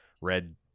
Red